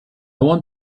want